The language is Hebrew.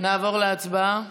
נעבור להצבעה.